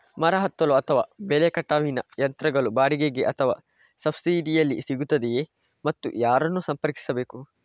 ಮರ ಹತ್ತಲು ಅಥವಾ ಬೆಲೆ ಕಟಾವಿನ ಯಂತ್ರಗಳು ಬಾಡಿಗೆಗೆ ಅಥವಾ ಸಬ್ಸಿಡಿಯಲ್ಲಿ ಸಿಗುತ್ತದೆಯೇ ಮತ್ತು ಯಾರನ್ನು ಸಂಪರ್ಕಿಸಬೇಕು?